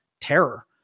terror